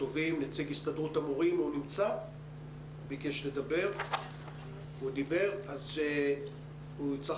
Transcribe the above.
אני מבקש שענת דדון תדבר כי היא הנציגה של הגננות של הסתדרות המורים.